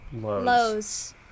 lows